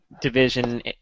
division